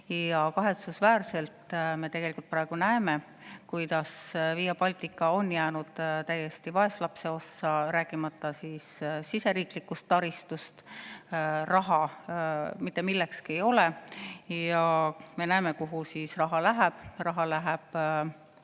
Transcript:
Kahetsusväärselt me tegelikult praegu näeme, et Via Baltica on jäänud täiesti vaeslapse ossa, rääkimata siseriiklikust taristust. Raha mitte millekski ei ole. Ja me näeme, kuhu raha läheb. Raha läheb